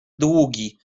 długi